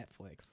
Netflix